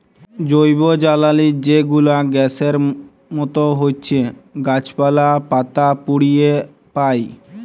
জৈবজ্বালালি যে গুলা গ্যাসের মত হছ্যে গাছপালা, পাতা পুড়িয়ে পায়